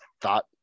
thought